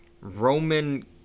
Roman